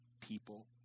people